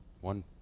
One